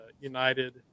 United